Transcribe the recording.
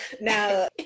now